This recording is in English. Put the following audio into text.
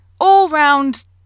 all-round